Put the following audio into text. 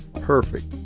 perfect